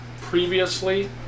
previously